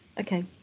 Okay